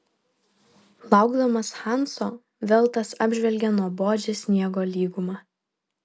laukdamas hanso veltas apžvelgė nuobodžią sniego lygumą